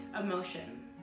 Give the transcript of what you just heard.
emotion